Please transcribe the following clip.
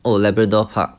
oh labrador park